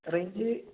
range